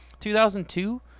2002